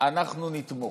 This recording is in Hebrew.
אנחנו נתמוך.